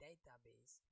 Database